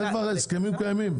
זה כבר בהסכמים קיימים.